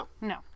no